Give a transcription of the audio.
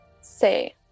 say